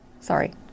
Sorry